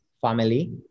family